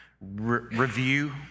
review